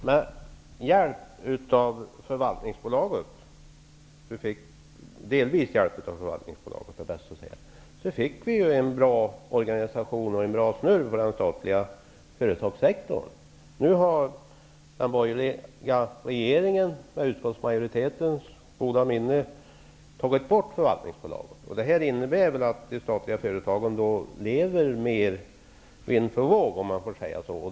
Herr talman! Med hjälp av förvaltningsbolaget -- delvis med dess hjälp är bäst att säga -- fick vi en bra organisation och bra snurr på den statliga företagssektorn. Nu har den borgerliga regeringen, med utskottsmajoritetens goda minne, tagit bort förvaltningsbolaget. Det innebär att de statliga företagen lever mera vind för våg, om jag får säga så.